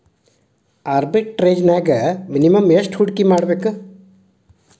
ಆರ್ಬಿಟ್ರೆಜ್ನ್ಯಾಗ್ ಮಿನಿಮಮ್ ಯೆಷ್ಟ್ ಹೂಡ್ಕಿಮಾಡ್ಬೇಕ್?